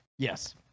Yes